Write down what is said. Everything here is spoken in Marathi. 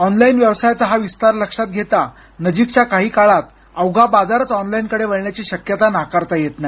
ऑनलाईन व्यवसायाचा हा विस्तार लक्षात घेता नजीकच्या काही काळात अवघा बाजारच ऑनलाईन कडे वळण्याची शक्यता नाकारता येत नाही